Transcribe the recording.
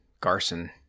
Garson